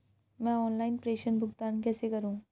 मैं ऑनलाइन प्रेषण भुगतान कैसे करूँ?